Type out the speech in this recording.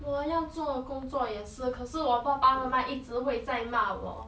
我要做工作也是可是我爸爸妈妈一直会在骂我